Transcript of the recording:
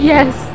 Yes